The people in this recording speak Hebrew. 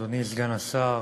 אדוני סגן השר,